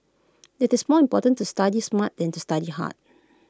IT is more important to study smart than to study hard